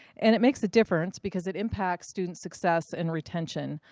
and it makes a difference because it impacts student success and retention.